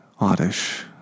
Oddish